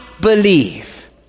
believe